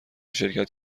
شرکت